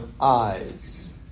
eyes